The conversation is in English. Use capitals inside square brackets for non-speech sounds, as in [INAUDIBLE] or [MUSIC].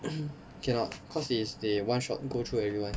[COUGHS] cannot cause is they one shot go through everyone